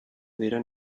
diren